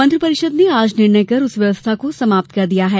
मंत्रिपरिषद ने आज निर्णय कर उस व्यवस्था को समाप्त किया है